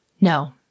No